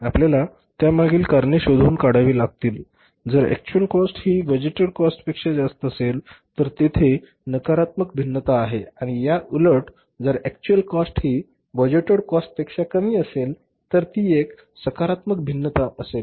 आपल्याला त्यामागील कारणे शोधून काढावी लागतील जर एक्चुअल कॉस्ट हि बजेटड कॉस्ट पेक्षा जास्त असेल तर तेथे नकारत्मक भिन्नता आहे आणि या उलट जर एक्चुअल कॉस्ट हि बजेटड कॉस्ट पेक्षा कमी असेल तर ती एक सकारत्मक भिन्नता असेल